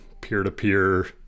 peer-to-peer